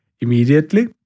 immediately